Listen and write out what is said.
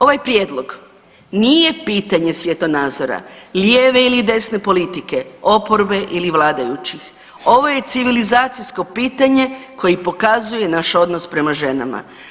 Ovaj prijedlog nije pitanje svjetonazora, lijeve ili desne politike, oporbe ili vladajućih, ovo je civilizacijsko pitanje koje pokazuje naš odnos prema ženama.